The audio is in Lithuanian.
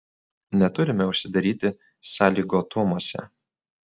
neturime užsidaryti sąlygotumuose